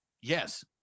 Yes